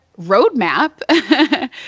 roadmap